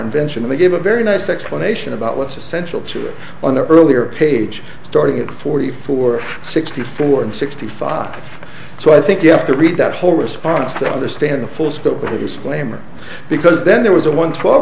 invention they give a very nice explanation about what's essential to it on the earlier page starting at forty four sixty four and sixty five so i think you have to read that whole response to understand the full scope of the disclaimer because then there was a one twelve